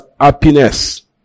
happiness